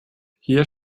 hier